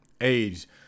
Age